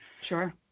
Sure